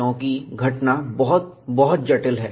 क्योंकि घटना बहुत बहुत जटिल है